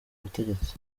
butegetsi